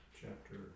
chapter